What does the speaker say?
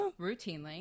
routinely